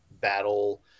battle